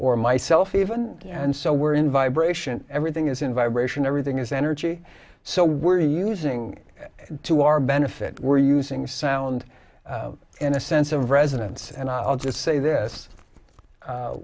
or myself even and so we're in vibration everything is in vibration everything is energy so we're using to our benefit we're using sound in a sense of residence and i'll just say this